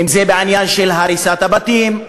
אם בעניין של הריסת הבתים,